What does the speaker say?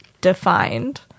defined